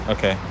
Okay